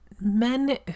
men